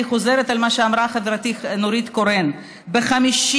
אני חוזרת על מה שאמרה חברתי נורית קורן ב-50%,